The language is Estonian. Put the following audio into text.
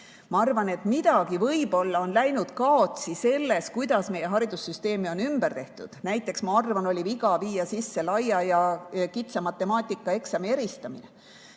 arvan, et midagi on võib-olla läinud kaotsi, kui meie haridussüsteemi on ümber tehtud. Näiteks, ma arvan, oli viga viia sisse laia ja kitsa matemaatikaeksami eristamine,